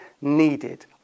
needed